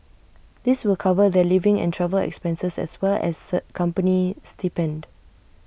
this will cover their living and travel expenses as well as third company stipend